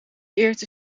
eert